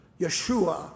Yeshua